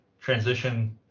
transition